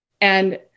And-